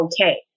okay